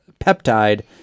peptide